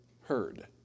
heard